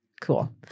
Cool